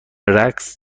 رقص